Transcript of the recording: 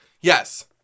Yes